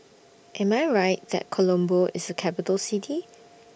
Am I Right that Colombo IS A Capital City